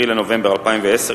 10 בנובמבר 2010,